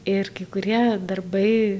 ir kai kurie darbai